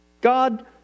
God